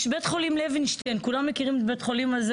בית חולים לווינשטיין כולם מכירים את בית חולים הזה,